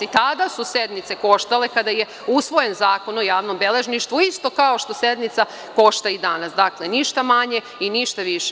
I tada su sednice koštale, kada je usvojen Zakon o javnom beležništvu, isto kao što sednica košta i danas, dakle, ništa manje i ništa više.